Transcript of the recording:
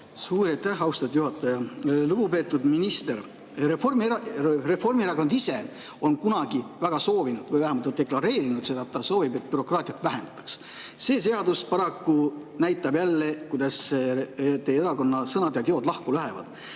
Suur aitäh, austatud juhataja! Lugupeetud minister! Reformierakond ise on kunagi väga soovinud või vähemalt on deklareerinud, et ta soovib, et bürokraatiat vähendataks. See seadus paraku näitab jälle, kuidas teie erakonna sõnad ja teod lahku lähevad.